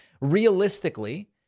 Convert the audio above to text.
Realistically